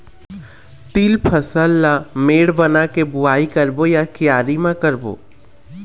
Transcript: तील फसल ला मेड़ बना के बुआई करबो या क्यारी म करबो?